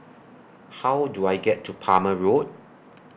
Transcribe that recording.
How Do I get to Palmer Road